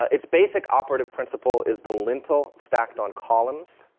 its basic operative principle is the lintel stacked on columns,